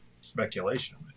Speculation